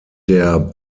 der